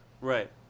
Right